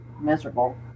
miserable